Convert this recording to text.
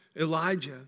Elijah